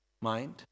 mind